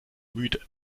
müde